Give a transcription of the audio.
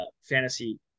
Fantasy